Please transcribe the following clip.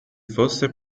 fosse